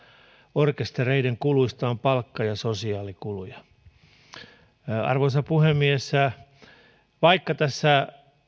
orkestereiden kuluista on palkka ja sosiaalikuluja arvoisa puhemies vaikka tässä